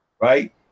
right